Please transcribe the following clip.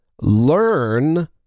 learn